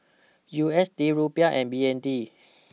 U S D Rupiah and B N D